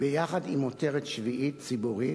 ביחד עם עותרת שביעית, ציבורית,